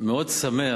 מאוד שמח,